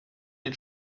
den